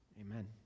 Amen